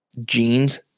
jeans